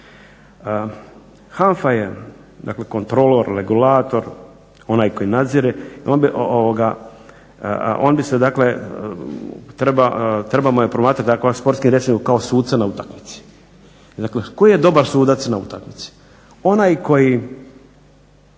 dakle kontrolor, regulator, onaj koji nadzire on bi se dakle, trebamo je promatrati sportskim rječnikom kao suca na utakmici. Dakle, koji je dobar sudac na utakmici?